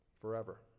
forever